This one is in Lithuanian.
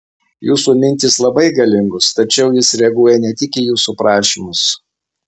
jūsų mintys labai galingos tačiau jis reaguoja ne tik į jūsų prašymus